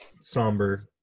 somber